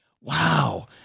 Wow